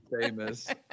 famous